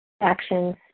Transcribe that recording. actions